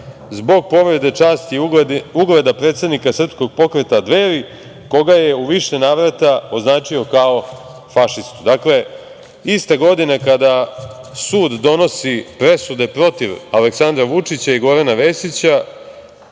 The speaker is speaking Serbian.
zbog povrede časti i ugleda predsednika Srpskog pokreta Dveri, koga je u više navrata označio kao fašistu. Dakle, iste godine kada sud donosi presude protiv Aleksandra Vučića i Gorana Vesića,